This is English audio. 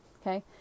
Okay